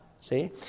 see